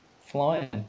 flying